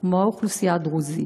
כמו האוכלוסייה הדרוזית,